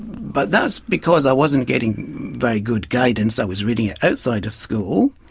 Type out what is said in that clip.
but that's because i wasn't getting very good guidance. i was reading it outside of school,